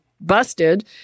busted